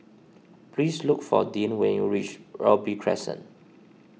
please look for Deann when you reach Robey Crescent